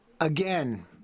again